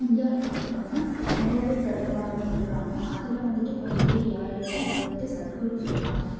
இந்தியாவில பார்த்துட்டோம்னா நிறையவே பிரபலமானவங்க இருக்குறாங்க அதில் வந்துவிட்டு கொஞ்சம் பேர் யார் யார்னா இப்போ வந்துவிட்டு சத்குரு சொல்லலாம்